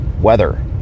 weather